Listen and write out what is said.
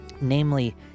namely